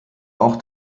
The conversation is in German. auch